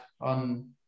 on